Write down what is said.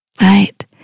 right